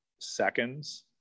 seconds